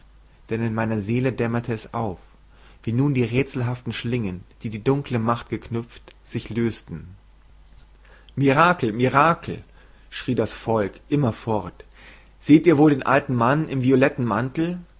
denn in meiner seele dämmerte es auf wie nun die rätselhaften schlingen die die dunkle macht geknüpft sich lösten mirakel mirakel schrie das volk immerfort seht ihr wohl den alten mann im violetten mantel